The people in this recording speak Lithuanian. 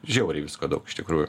žiauriai visko daug iš tikrųjų